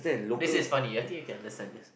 this is funny I think you can understand this